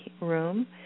room